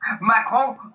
Macron